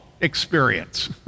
experience